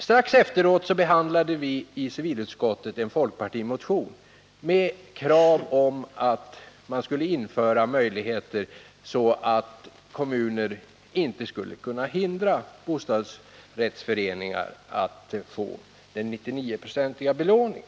Strax efteråt behandlade vi i civilutskottet en folkpartimotion med krav på att kommuner inte skulle kunna hindra bostadsrättsföreningar att få 99-procentig belåning.